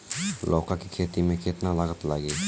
लौका के खेती में केतना लागत लागी?